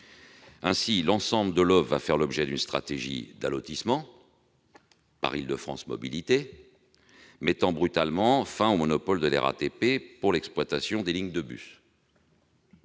Ainsi, l'ensemble de l'offre va faire l'objet d'une stratégie d'allotissement par Île-de-France Mobilités, ce qui mettra brutalement fin au monopole de la RATP pour l'exploitation des lignes de bus.